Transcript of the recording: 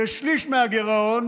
ששליש מהגירעון